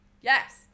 yes